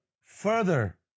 further